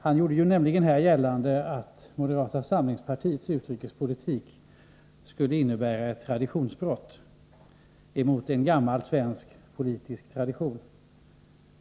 Han gjorde nämligen gällande att moderata samlingspartiets utrikespolitik skulle innebära ett brott mot en gammal svensk politisk tradition.